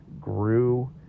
grew